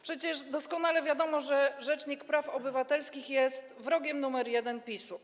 Przecież doskonale wiadomo, że rzecznik praw obywatelskich jest wrogiem nr 1 PiS-u.